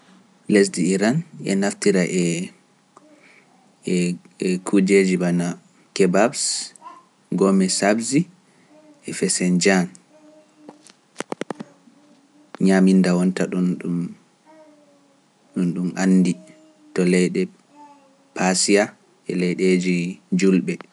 Lesdi Iran e naftira e kuujeji bana kebabs, gomi sabzi e fese njan ñaaminda wonta ɗum ɗum anndi to leyɗe Paasiya e leyɗeeji julɓe.